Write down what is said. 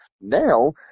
now